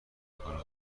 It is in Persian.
کنه